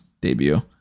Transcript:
debut